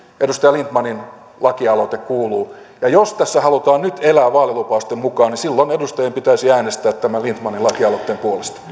edustaja lindtmanin lakialoite kuuluu ja jos tässä halutaan nyt elää vaalilupausten mukaan niin silloin edustajien pitäisi äänestää tämän lindtmanin lakialoitteen puolesta